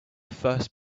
first